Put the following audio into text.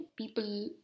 people